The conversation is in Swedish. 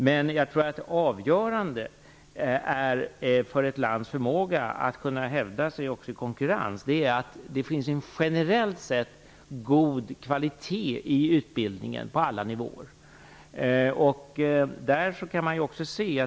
Men avgörande för ett lands förmåga att hävda sig också i konkurrens är att det finns en generellt sett god kvalitet i utbildningen på alla nivåer.